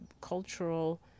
cultural